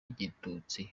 igitutsi